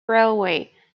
railway